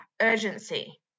urgency